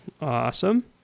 Awesome